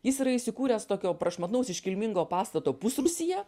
jis yra įsikūręs tokio prašmatnaus iškilmingo pastato pusrūsyje